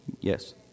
yes